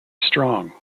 strong